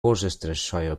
worcestershire